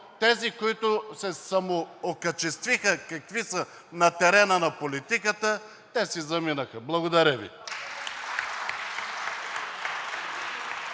тези, които се самоокачествиха какви са терена на политиката, те си заминаха. Благодаря Ви.